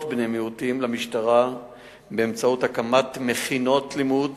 בני מיעוטים למשטרה באמצעות הקמת מכינות לימוד